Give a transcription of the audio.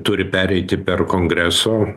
turi pereiti per kongreso